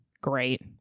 Great